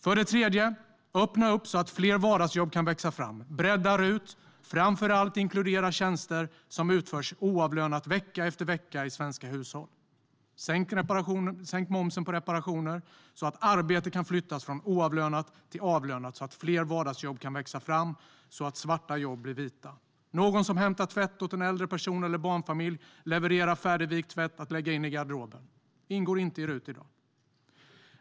För det tredje behöver vi öppna upp så att fler vardagsjobb kan växa fram. RUT ska breddas och framför allt inkludera tjänster som utförs oavlönat vecka efter vecka i svenska hushåll. Momsen på reparationer ska sänkas så att arbete kan flyttas från oavlönat till avlönat så att fler vardagsjobb kan växa fram och svarta jobb bli vita. Någon kan hämta tvätt åt en äldre person eller barnfamilj och leverera färdigvikt tvätt att lägga in i garderoben. Det ingår inte i RUT i dag.